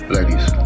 Ladies